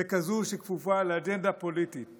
לכזאת שכפופה לאג'נדה פוליטית